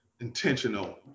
intentional